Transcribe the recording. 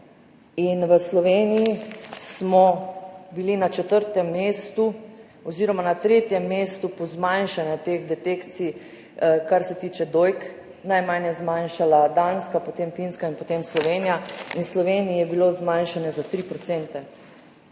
V Sloveniji smo bili na četrtem mestu oziroma na tretjem mestu po zmanjšanju teh detekcij, kar se tiče dojk, najmanj je zmanjšala Danska, potem Finska in potem Slovenija. V Sloveniji je bilo zmanjšanje za 3